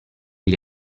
gli